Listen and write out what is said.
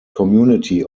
community